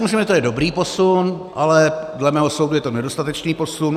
Myslím, že to je dobrý posun, ale dle mého soudu je to nedostatečný posun.